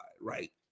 right